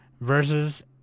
versus